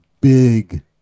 big